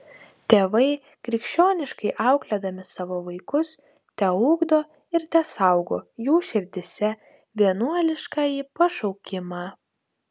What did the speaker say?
tėvai krikščioniškai auklėdami savo vaikus teugdo ir tesaugo jų širdyse vienuoliškąjį pašaukimą